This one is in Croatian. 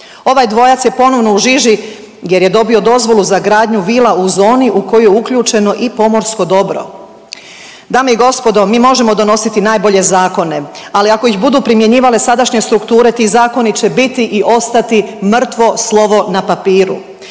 Ovaj dvojac je ponovno u žiži jer je dobio dozvolu za gradnju vila u zoni u koju je uključeno i pomorsko dobro. Dame i gospodo mi možemo donositi najbolje zakone, ali ako ih budu primjenjivale sadašnje strukture ti zakoni će biti i ostati mrtvo slovo na papiru.